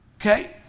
Okay